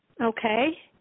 okay